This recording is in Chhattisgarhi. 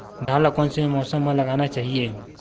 धान ल कोन से मौसम म लगाना चहिए?